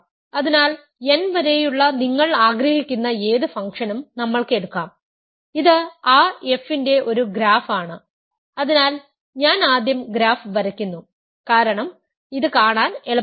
അതിനാൽ n വരെയുള്ള നിങ്ങൾ ആഗ്രഹിക്കുന്ന ഏത് ഫംഗ്ഷനും നമ്മൾക്ക് എടുക്കാം ഇത് ആ f ന്റെ ഒരു ഗ്രാഫ് ആണ് അതിനാൽ ഞാൻ ആദ്യം ഗ്രാഫ് വരയ്ക്കുന്നു കാരണം ഇത് കാണാൻ എളുപ്പമാണ്